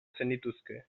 zenituzke